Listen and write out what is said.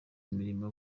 imirimo